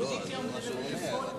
הוא מדבר בשם כל הסיעות.